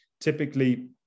Typically